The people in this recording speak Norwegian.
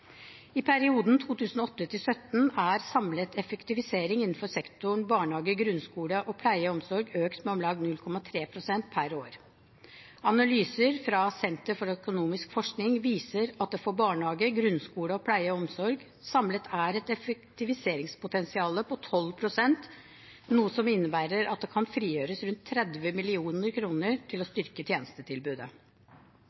I perioden 2008–2017 er samlet effektivisering innenfor sektorene barnehage, grunnskole og pleie og omsorg økt med om lag 0,3 pst. per år. Analyser fra Senter for økonomisk forskning viser at det for barnehage, grunnskole og pleie og omsorg samlet er et effektiviseringspotensial på 12 pst., noe som innebærer at det kan frigjøres rundt 30 mrd. kr til å